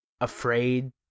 afraid